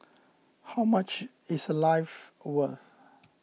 how much is a life worth